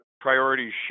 priorities